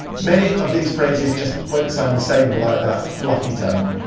many of these phrases just won't sound the same without that fluffy tone.